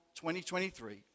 2023